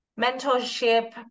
mentorship